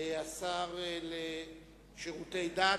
השר לשירותי דת,